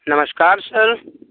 नमस्कार सर